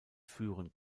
führen